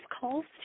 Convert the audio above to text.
calls